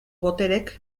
botereek